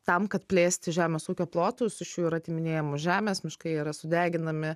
tam kad plėsti žemės ūkio plotus iš jų yra atiminėjamos žemės miškai yra sudeginami